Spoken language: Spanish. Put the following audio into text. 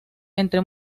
entre